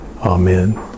Amen